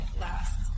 last